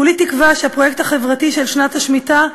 כולי תקווה שהפרויקט החברתי של שנת השמיטה,